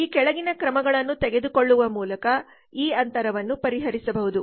ಈ ಕೆಳಗಿನ ಕ್ರಮಗಳನ್ನು ತೆಗೆದುಕೊಳ್ಳುವ ಮೂಲಕ ಈ ಅಂತರವನ್ನು ಪರಿಹರಿಸಬಹುದು